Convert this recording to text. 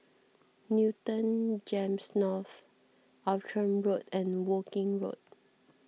Newton Gems North Outram Road and Woking Road